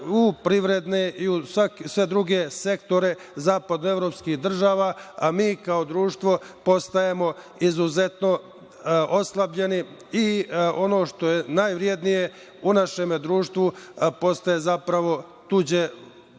u privredne i sve druge sektore zapadno evropskih država, a mi kao društvo postajemo izuzetno oslabljeni i ono što je najvrednije u našem društvu postaje zapravo tuđe